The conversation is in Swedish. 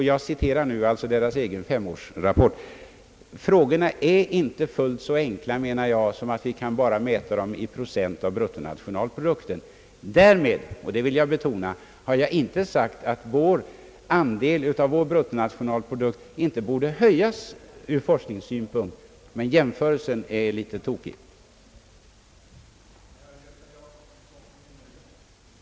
Jag menar alltså att frågorna inte är fullt så enkla att man bara kan mäta forskningens andel i procent av bruttonationalprodukten. Därmed har jag inte sagt — och det vill jag betona — att dess andel av vår bruttonationalprodukt inte bör höjas, men jämförelsen är något missvisande.